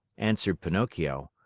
answered pinocchio.